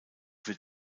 wird